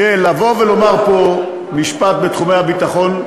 תראה, לבוא ולומר פה משפט בתחומי הביטחון,